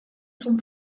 sont